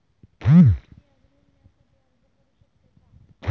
मी अग्नी विम्यासाठी अर्ज करू शकते का?